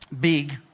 big